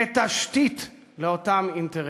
כתשתית לאותם אינטרסים.